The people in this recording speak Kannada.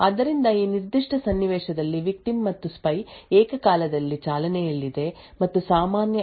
ಆದ್ದರಿಂದ ಈ ನಿರ್ದಿಷ್ಟ ಸನ್ನಿವೇಶದಲ್ಲಿ ವಿಕ್ಟಿಮ್ ಮತ್ತು ಸ್ಪೈ ಏಕಕಾಲದಲ್ಲಿ ಚಾಲನೆಯಲ್ಲಿದೆ ಮತ್ತು ಸಾಮಾನ್ಯ ಎಲ್1 ಕ್ಯಾಶ್ ಮೆಮೊರಿ ಯನ್ನು ಹಂಚಿಕೊಳ್ಳುತ್ತವೆ